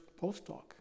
postdoc